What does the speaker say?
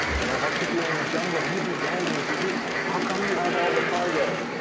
if i took you in the jungle, you'd be dead in two weeks. how come you have all the cargo?